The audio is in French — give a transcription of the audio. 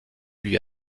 lui